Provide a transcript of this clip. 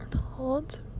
hold